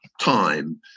time